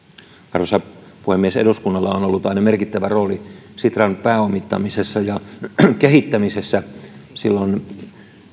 arvoisa puhemies eduskunnalla on ollut aina merkittävä rooli sitran pääomittamisessa ja kehittämisessä silloin